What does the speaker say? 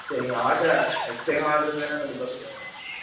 சரிங்க order next time order வேணும்னா கண்டிப்பாக சொல்லுங்கள்மா